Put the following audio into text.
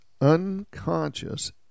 unconscious